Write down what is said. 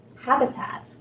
habitat